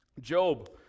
Job